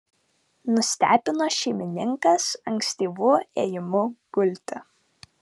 nustebino šeimininkas ankstyvu ėjimu gulti